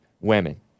women